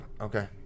Okay